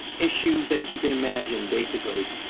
issue that you can imagine, basically.